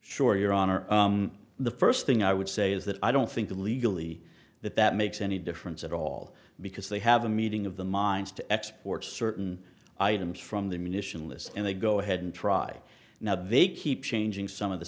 sure your honor the first thing i would say is that i don't think legally that that makes any difference at all because they have a meeting of the minds to exports certain items from the munition list and they go ahead and try now they keep changing some of the